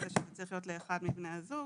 מעבר לזה שזה צריך להיות לאחד מבני הזוג,